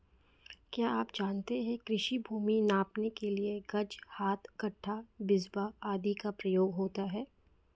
क्या आप जानते है कृषि भूमि नापने के लिए गज, हाथ, गट्ठा, बिस्बा आदि का प्रयोग होता है?